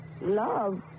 love